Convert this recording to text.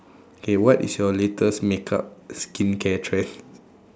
K what is your latest make up skin care trend